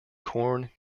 corn